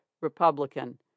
Republican